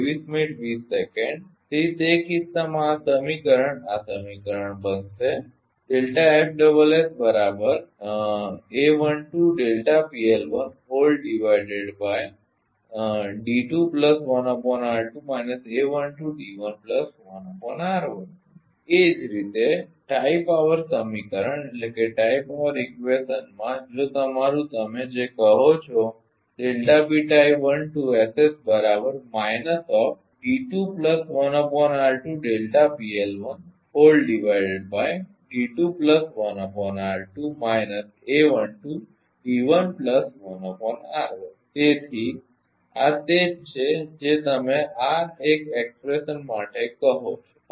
તેથી તે કિસ્સામાં આ સમીકરણ આ સમીકરણ બનશે એ જ રીતે ટાઇ પાવર સમીકરણમાં જો તમારું તમે જે કહો છો તેથી આ તે છે જે તમે આ એક અભિવ્યક્તિ માટે કહો છો